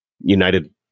United